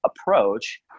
approach